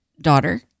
daughter